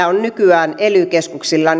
on nykyään ely keskuksilla